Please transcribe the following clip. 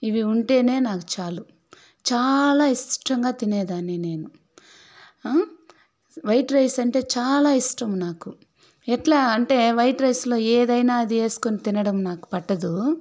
ఇవి ఉంటేనే నాకు చాలు చాలా ఇష్టంగా తినేదాన్ని నేను ఆ వైట్ రైస్ అంటే చాలా ఇష్టం నాకు ఎట్లా అంటే వైట్ రైస్లో ఎదైనా అది వేసుకుని తినడం నాకు పట్టదు